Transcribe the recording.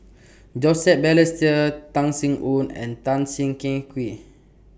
Joseph Balestier Tan Sin Aun and Tan Siah Kwee